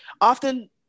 often